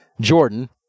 Jordan